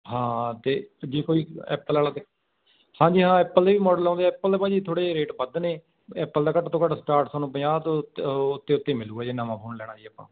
ਹਾਂ ਅਤੇ ਜੇ ਕੋਈ ਐਪਲ ਵਾਲਾ ਦੇ ਹਾਂਜੀ ਹਾਂ ਐਪਲ ਦੇ ਵੀ ਮਾਡਲ ਆਉਂਦੇ ਐਪਲ ਦੇ ਭਾਅ ਜੀ ਥੋੜ੍ਹੇ ਜਿਹੇ ਰੇਟ ਵੱਧ ਨੇ ਐਪਲ ਦਾ ਘੱਟ ਤੋਂ ਘੱਟ ਸਟਾਰਟ ਥੋਨੂੰ ਪੰਜਾਹ ਤੋਂ ਉੱਤੇ ਉਹ ਉੱਤੇ ਉੱਤੇ ਮਿਲੂਗਾ ਜੇ ਨਵਾਂ ਫੋਨ ਲੈਣਾ ਜੀ ਆਪਾਂ